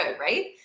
right